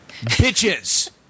Bitches